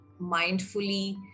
mindfully